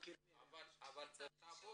אבל בטאבו